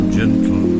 gentle